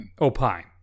opine